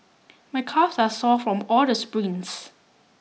my calves are sore from all the sprints